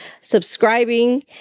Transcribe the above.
subscribing